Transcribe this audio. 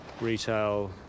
retail